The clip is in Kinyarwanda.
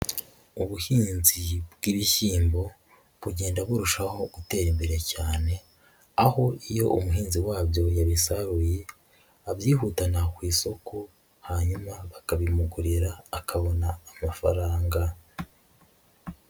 Ubuhinzi bw'ibishyimbo bugenda burushaho gutera imbere cyane, aho iyo umuhinzi wabyo yabisaruye abyihutana ku isoko, hanyuma bakabimugurira akabona amafaranga.